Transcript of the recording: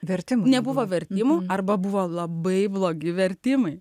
vertimų nebuvo vertimų arba buvo labai blogi vertimai